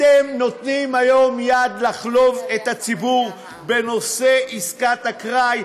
אתם נותנים היום יד לחלוב את הציבור בנושא עסקת אקראי.